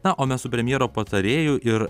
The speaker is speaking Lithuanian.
na o mes su premjero patarėju ir